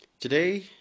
Today